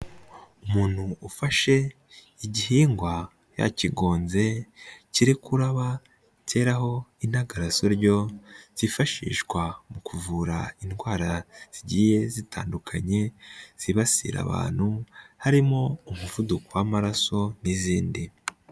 Umuntu ufashe igihingwa yakigonze kiri kuraba keraho indagarasoryo zifashishwa mu kuvura indwara zigiye zitandukanye zibasira abantu harimo umuvuduko w'amaraso n'izindi.